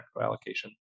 allocation